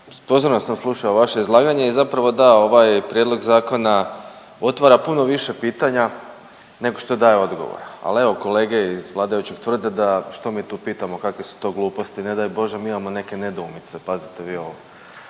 pozorno sam slušao vaše izlaganje i zapravo da, ovaj prijedlog zakona otvara puno više pitanja nego što daje odgovora. Ali evo, kolege iz vladajućih tvrde da što mi tu pitamo kakve su to gluposti. Ne daj bože mi imamo nekakve nedoumice pazite vi ovo.